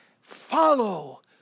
Follow